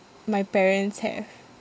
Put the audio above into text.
my parents have